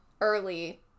early